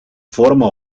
forma